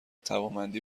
توانمندی